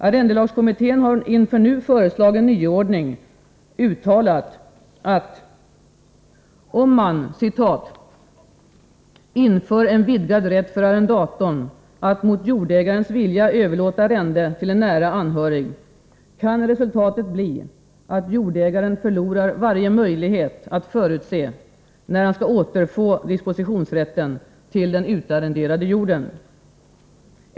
Arrendelagskommittén har inför nu föreslagen nyordning uttalat att om man ”inför en vidgad rätt för arrendatorn att mot jordägarens vilja överlåta arrende åt en nära anhörig, kan resultatet bli, att jordägaren förlorar varje möjlighet att förutse, när han skall återfå dispositionsrätten till den utarrenderade jorden.